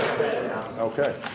Okay